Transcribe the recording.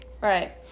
right